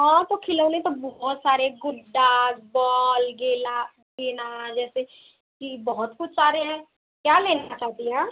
हाँ तो खिलौने तो बहुत सारे गुड्डा बॉल गेला गेना जैसे कि बहुत कुछ सारे हैं क्या लेना चाहती हैं आप